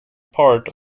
part